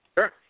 Sure